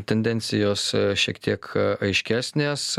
tendencijos šiek tiek aiškesnės